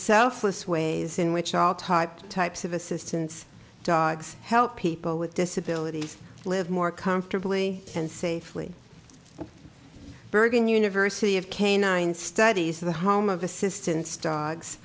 selfless ways in which all types of types of assistance dogs help people with disabilities live more comfortably and safely bergan university of canine studies the home of assistance dogs